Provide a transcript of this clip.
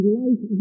life